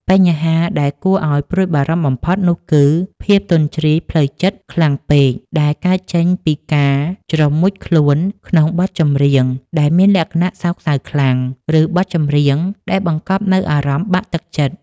បញ្ហាដែលគួរឱ្យព្រួយបារម្ភបំផុតនោះគឺ ភាពទន់ជ្រាយផ្លូវចិត្តខ្លាំងពេក ដែលកើតចេញពីការជ្រមុជខ្លួនក្នុងបទចម្រៀងដែលមានលក្ខណៈសោកសៅខ្លាំង ឬបទចម្រៀងដែលបង្កប់នូវអារម្មណ៍បាក់ទឹកចិត្ត។